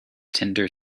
tender